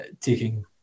taking